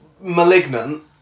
...Malignant